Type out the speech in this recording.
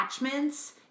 attachments